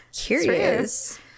curious